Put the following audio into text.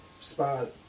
spot